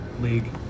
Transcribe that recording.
League